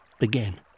again